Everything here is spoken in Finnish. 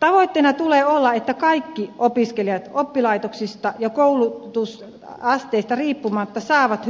tavoitteena tulee olla että kaikki opiskelijat oppilaitoksista ja koulutusasteesta riippumatta saavat